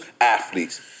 athletes